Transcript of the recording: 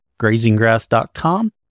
grazinggrass.com